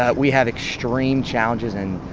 ah we have extreme challenges and